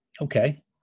Okay